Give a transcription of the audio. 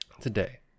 Today